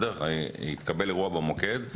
התקבל אירוע במוקד,